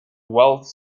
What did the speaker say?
wealth